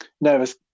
nervous